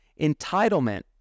entitlement